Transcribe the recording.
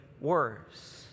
worse